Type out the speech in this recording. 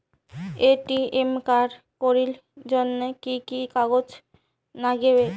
ATM card করির জন্যে কি কি কাগজ নাগে?